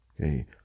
Okay